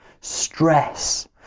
stress